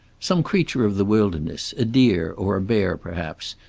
some creature of the wilderness, a deer or a bear, perhaps,